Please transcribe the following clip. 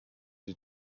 die